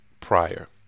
prior